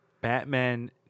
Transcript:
Batman